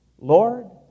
Lord